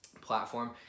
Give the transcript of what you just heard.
platform